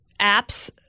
apps